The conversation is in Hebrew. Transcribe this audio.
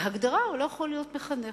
בהגדרה הוא לא יכול להיות מחנך.